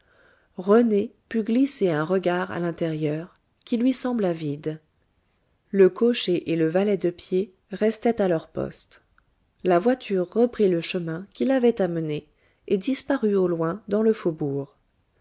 rené put glisser un regard à l'intérieur qui lui sembla vide le cocher et le valet de pied restaient à leur poste la voiture reprit le chemin qui l'avait amenée et disparut au loin dans le faubourg